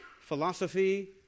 philosophy